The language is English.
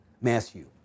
Matthew